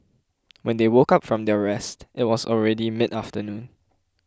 when they woke up from their rest it was already midafternoon